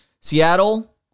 Seattle